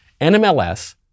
NMLS